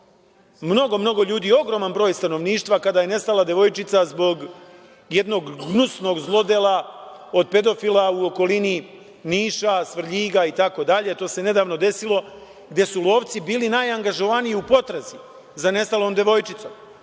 mnogo, mnogo ljudi, ogroman broj stanovništva, kada je nestala devojčica zbog jednog gnusnog zlodela od pedofila, u okolini Niša, Svrljiga itd. To se nedavno desilo, gde su lovci bili najangažovaniji u potrazi za nestalom devojčicom. Dakle,